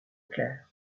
clerc